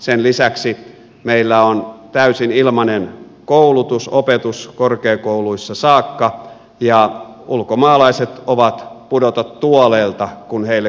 sen lisäksi meillä on täysin ilmainen koulutus opetus korkeakouluissa saakka ja ulkomaalaiset ovat pudota tuoleilta kun heille kertoo tästä